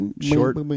short